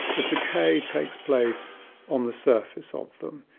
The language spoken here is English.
the decay takes place on the surface of them,